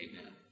Amen